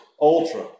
ultra